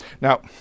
Now